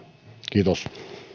kiitos